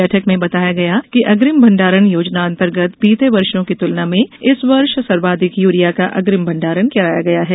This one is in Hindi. बैठक में बताया गया कि अग्रिम भण्डारण योजनान्तर्गत बीते वर्षों की तुलना में इस वर्ष सर्वाधिक यूरिया का अग्रिम भण्डारण कराया गया है